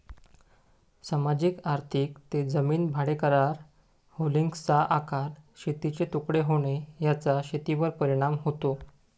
सामाजिक आर्थिक ते जमीन भाडेकरार, होल्डिंग्सचा आकार, शेतांचे तुकडे होणे याचा शेतीवर परिणाम होतो